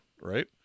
right